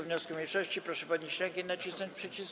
wniosku mniejszości, proszę podnieść rękę i nacisnąć przycisk.